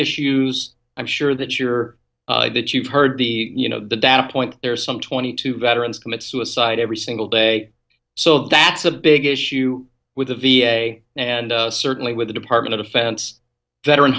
issues i'm sure that you're that you've heard the you know the data point there are some twenty two veterans commit suicide every single day so that's a big issue with the v a and certainly with the department of defense veteran